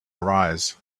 arise